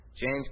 James